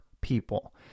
people